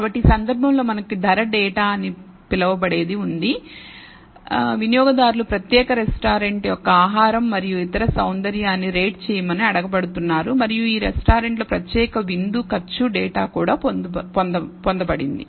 కాబట్టి ఈ సందర్భంలో మనకు ధర డేటా అని పిలువబడేది ఉందివినియోగదారులు ప్రత్యేక రెస్టారెంట్ యొక్క ఆహారం మరియు ఇతర సౌందర్యాన్ని రేట్ చేయమని అడగబడుతున్నారు మరియు ఈ రెస్టారెంట్ల ప్రత్యేక విందు ఖర్చు డేటా కూడా పొందబడింది